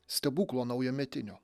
stebuklo naujametinio